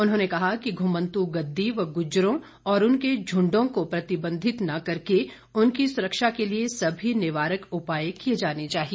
उन्होंने कहा कि घुमंतु गद्दी व गुज्जरों और उनके झुंडों को प्रतिबंधित न करके उनकी सुरक्षा के लिए सभी निवारक उपाय किए जाने चाहिए